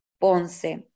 Ponce